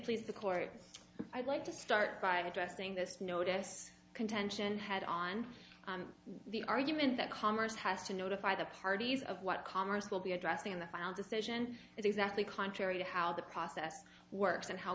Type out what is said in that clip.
please the court i'd like to start by addressing this notice contention had on the argument that congress has to notify the parties of what congress will be addressing in the final decision is exactly contrary to how the process works and how